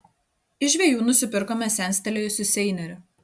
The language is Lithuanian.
iš žvejų nusipirkome senstelėjusį seinerį